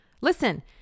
Listen